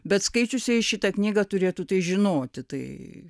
bet skaičiusieji šitą knygą turėtų tai žinoti tai